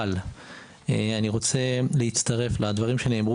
אבל אני רוצה להצטרף לדברים שנאמרו